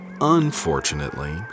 Unfortunately